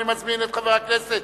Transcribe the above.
אני מזמין את חבר הכנסת